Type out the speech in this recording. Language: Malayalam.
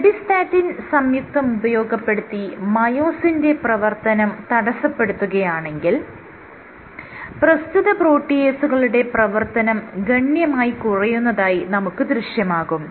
ബ്ലെബ്ബിസ്റ്റാറ്റിൻ സംയുക്തം ഉപയോഗപ്പെടുത്തി മയോസിന്റെ പ്രവർത്തനം തടസ്സപ്പെടുത്തുകയാണെങ്കിൽ പ്രസ്തുത പ്രോട്ടിയേസുകളുടെ പ്രവർത്തനം ഗണ്യമായി കുറയുന്നതായി നമുക്ക് ദൃശ്യമാകും